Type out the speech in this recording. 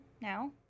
now